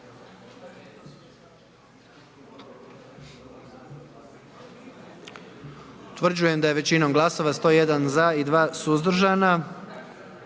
Utvrđujem da je većinom glasova 93 za i 1 suzdržani